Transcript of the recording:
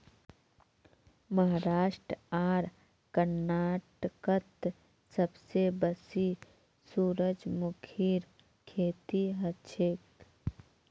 महाराष्ट्र आर कर्नाटकत सबसे बेसी सूरजमुखीर खेती हछेक